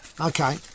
Okay